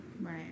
Right